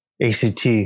ACT